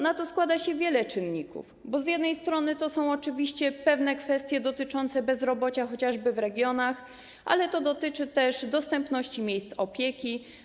Na to składa się wiele czynników, bo z jednej strony chodzi oczywiście o pewne kwestie dotyczące chociażby bezrobocia w regionach, ale to dotyczy też dostępności miejsc opieki.